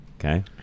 Okay